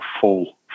full